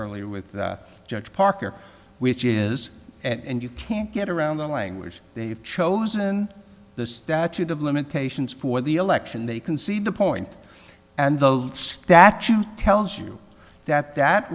earlier with judge parker which is and you can't get around the language they have chosen the statute of limitations for the election they can see the point and the statute tells you that that